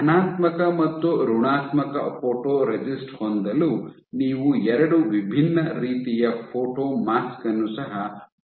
ಧನಾತ್ಮಕ ಮತ್ತು ಋಣಾತ್ಮಕ ಫೋಟೊರೆಸಿಸ್ಟ್ ಹೊಂದಲು ನೀವು ಎರಡು ವಿಭಿನ್ನ ರೀತಿಯ ಫೋಟೊಮಾಸ್ಕ್ ಅನ್ನು ಸಹ ಹೊಂದಿದ್ದೀರಿ